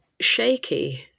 shaky